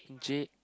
Jay